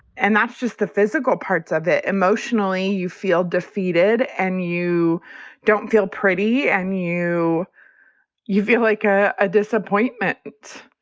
and that's just the physical parts of it. emotionally, you feel defeated and you don't feel pretty and you you feel like a ah disappointment.